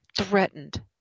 threatened